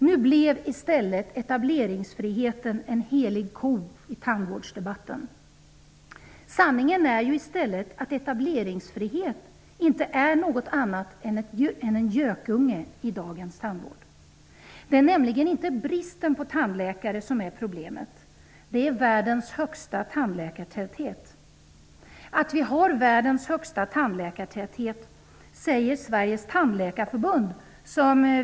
Nu blev i stället etableringsfriheten en helig ko i tandvårdsdebatten. Sanningen är ju i stället att etableringsfrihet inte är något annat än en gökunge i dagens tandvård. Det är nämligen inte bristen på tandläkare som är problemet, utan det är världens högsta tandläkartäthet som är problemet. Sverige har världens högsta tandläkartäthet säger Sveriges tandläkarförbund.